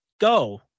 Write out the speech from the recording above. go